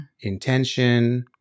intention